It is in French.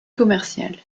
commerciale